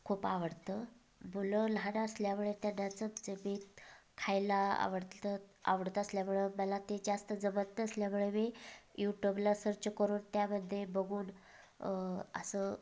खूप आवडतं मुलं लहान असल्यामुळे त्यांना चमचमीत खायला आवडतं आवडत असल्यामुळं मला ते जास्त जमत नसल्यामुळं मी युटूबला सर्च करून त्यामध्ये बघून असं